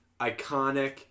iconic